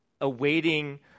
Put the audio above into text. awaiting